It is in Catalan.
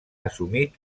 assumit